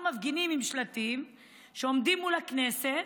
כמה מפגינים עם שלטים שעומדים מול הכנסת.